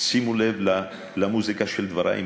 שימו לב למוזיקה של דברי,